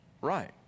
Right